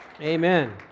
Amen